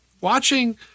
watching